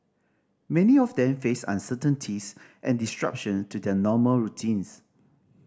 many of them faced uncertainties and disruption to their normal routines